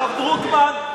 הרב דרוקמן,